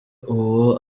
uwo